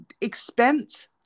expense